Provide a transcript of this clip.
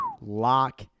Lock